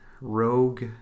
Rogue